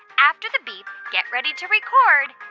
after the beep, get ready to record